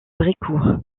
brécourt